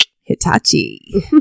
Hitachi